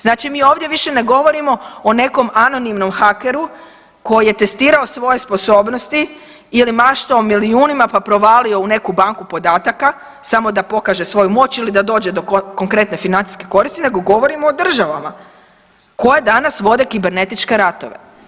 Znači mi ovdje više ne govorimo o nekom anonimnom hakeru koji je testirao svoje sposobnosti ili maštao o milijunima, pa provalio u neku banku podataka samo da pokaže svoju moć ili da dođe do konkretne financijske koristi nego govorimo o državama koje danas vode kibernetičke ratove.